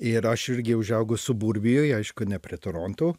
ir aš irgi užaugau suburbijoj aišku ne prie toronto